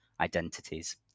identities